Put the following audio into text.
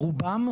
ברובן,